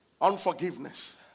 Unforgiveness